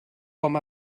com